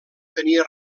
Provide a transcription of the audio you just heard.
tenia